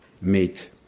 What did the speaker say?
meet